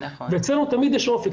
ואצלנו תמיד יש אופק,